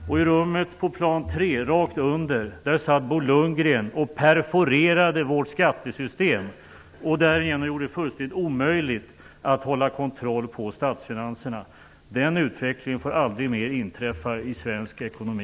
I ett rum på plan tre, rakt under, satt Bo Lundgren och perforerade vårt skattesystem och gjorde det därigenom fullständigt omöjligt att hålla kontroll på statsfinanserna. Den utvecklingen får aldrig mer inträffa i svensk ekonomi.